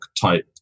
type